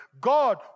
God